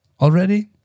Already